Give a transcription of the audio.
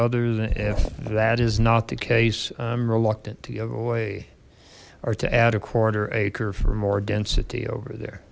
others if that is not the case i'm reluctant to give away or to add a quarter acre for more density over there